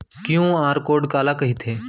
QR code काला कहिथे?